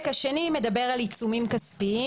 בניגוד לתקנה 18 לתקנות התמרוקים,